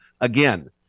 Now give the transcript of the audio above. Again